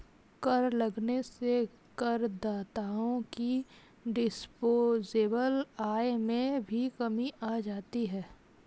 कर लगने से करदाताओं की डिस्पोजेबल आय में भी कमी आ जाती है